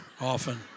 often